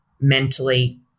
mentally